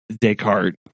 Descartes